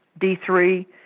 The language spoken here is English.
D3